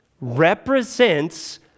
represents